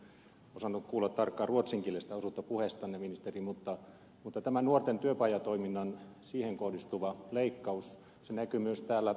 ehkä en äsken osannut kuulla tarkkaa ruotsinkielistä osuutta puheestanne ministeri mutta tähän nuorten työpajatoimintaan kohdistuva leikkaus näkyy myös täällä numeroissa